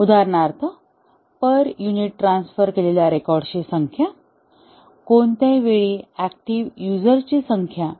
उदाहरणार्थ per unit transfer केलेल्या रेकॉर्डची संख्या कोणत्याही वेळी ऍक्टिव्ह युझर ची संख्या